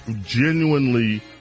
genuinely